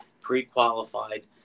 pre-qualified